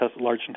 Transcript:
large